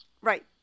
Right